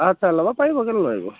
আচ্ছা ল'ব পাৰিব কেলে নোৱাৰিব